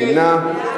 מי נמנע?